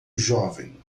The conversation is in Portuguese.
jovem